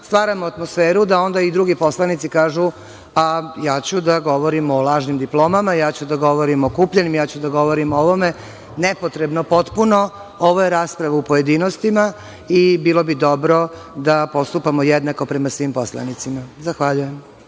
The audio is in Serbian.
stvaramo atmosferu da onda i drugi poslanici kažu – pa ja ću da govorim o lažnim diplomama, ja ću da govorim o kupljenim, ja ću da govorim o ovome. Nepotrebno potpuno. Ovo je rasprava u pojedinostima i bilo bi dobro da postupamo jednako prema svim poslanicima. Zahvaljujem.